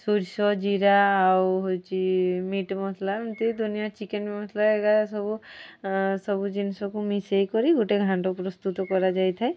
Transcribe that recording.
ସୋରିଷ ଜିରା ଆଉ ହେଉଛି ମିଟ୍ ମସଲା ଏମିତି ଦୁନିଆ ଚିକେନ୍ ମସଲା ଏଗା ସବୁ ସବୁ ଜିନିଷକୁ ମିଶାଇକରି ଗୋଟିଏ ଘାଣ୍ଟ ପ୍ରସ୍ତୁତ କରାଯାଇଥାଏ